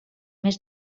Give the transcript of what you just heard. més